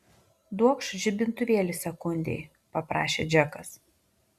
duokš žibintuvėlį sekundei paprašė džekas